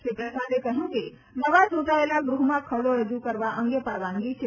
શ્રી પ્રસાદે કહયું કે નવા ચુંટાયેલા ગૃહમાં ખરડો રજુ કરવા અંગે પરવાનગી છે